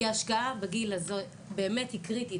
כי ההשקעה בגיל הזה באמת היא קריטית,